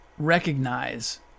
recognize